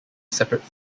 separate